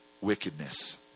wickedness